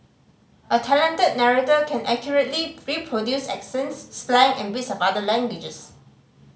a talented narrator can accurately reproduce accents slang and bits of other languages